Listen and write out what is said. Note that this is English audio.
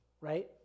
right